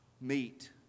meet